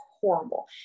horrible